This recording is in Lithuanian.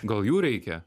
gal jų reikia